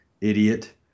idiot